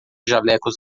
jalecos